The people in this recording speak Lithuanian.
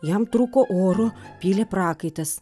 jam trūko oro pylė prakaitas